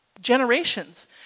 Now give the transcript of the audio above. generations